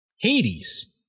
Hades